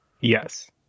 yes